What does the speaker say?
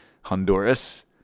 honduras